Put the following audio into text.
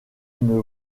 une